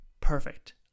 perfect